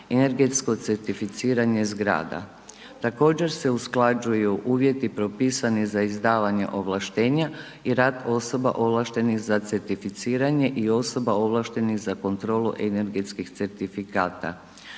energetsko certificiranje zgrada. Također se usklađuju uvjeti propisani za izdavanje ovlaštenja i rad osoba ovlaštenih za certificiranje i osoba ovlaštenih za kontrolu energetskih certifikata.